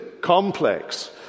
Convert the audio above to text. complex